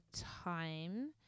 time